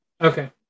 okay